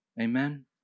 Amen